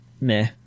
meh